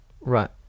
right